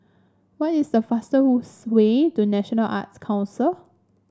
what is the fastest way to National Arts Council